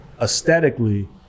aesthetically